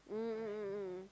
mm mm mm mm mm